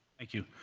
thank you.